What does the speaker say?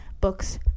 books